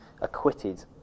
acquitted